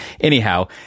anyhow